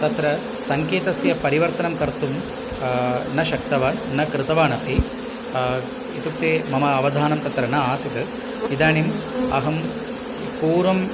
तत्र सङ्केतस्य परिवर्तनं कर्तुं न शक्तवान् न कृतवानपि इत्युके मम अवधानं तत्र न आसित् इदानीम् अहं इ पूर्वम्